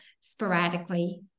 sporadically